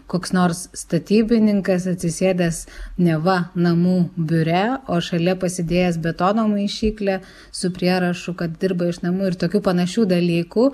koks nors statybininkas atsisėdęs neva namų biure o šalia pasidėjęs betono maišyklę su prierašu kad dirba iš namų ir tokių panašių dalykų